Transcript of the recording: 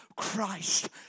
Christ